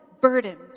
burdened